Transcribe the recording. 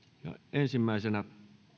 ensimmäisenä